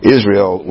Israel